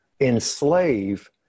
enslave